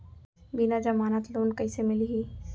बिना जमानत लोन कइसे मिलही?